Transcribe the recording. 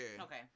Okay